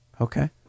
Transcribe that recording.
Okay